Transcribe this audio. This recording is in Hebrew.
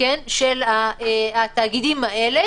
לרבות מערך קטיעת שרשראות ההדבקה,